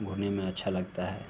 घूमने में अच्छा लगता है